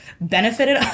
benefited